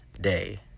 day